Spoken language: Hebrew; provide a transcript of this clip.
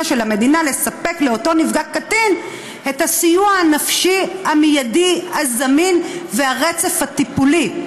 של המדינה לספק לנפגע קטין סיוע נפשי מיידי זמין ורצף טיפולי.